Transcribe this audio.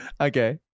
Okay